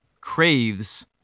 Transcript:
craves